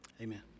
amen